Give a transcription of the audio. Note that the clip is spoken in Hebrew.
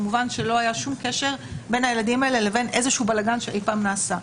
כמובן לא היה שום קשר בין הילדים האלה לבין איזה בלגן שאי פעם נעשה.